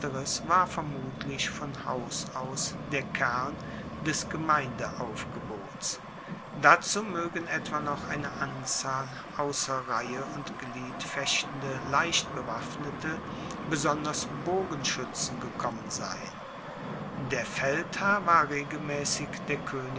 war vermutlich von haus aus der kern des gemeindeaufgebots dazu moegen etwa noch eine anzahl ausser reihe und glied fechtende leichtbewaffnete besonders bogenschuetzen gekommen sein der feldherr war regelmaessig der